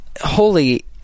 holy